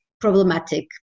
problematic